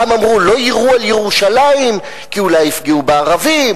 פעם אמרו: לא יירו על ירושלים כי אולי יפגעו בערבים,